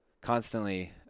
constantly